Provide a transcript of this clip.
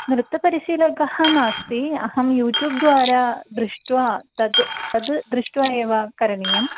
नृत्यपरिशीलकः नास्ति अहं यूट्यूब् द्वारा दृष्ट्वा तद् तद् दृष्ट्वा एव करणीयम्